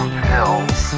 pills